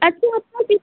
अच्छा आपका किस